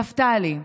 נפתלי,